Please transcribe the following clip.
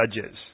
judges